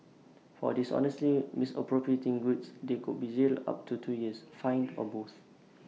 for dishonestly misappropriating goods they could be jailed up to two years fined or both